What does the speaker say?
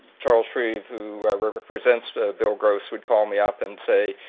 charles shreve, who represents the bill gross, would call me up and say,